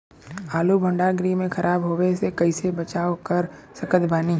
आलू भंडार गृह में खराब होवे से कइसे बचाव कर सकत बानी?